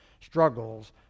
struggles